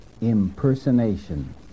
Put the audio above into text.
Impersonation